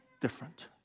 different